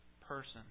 person